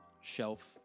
shelf